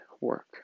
work